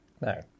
No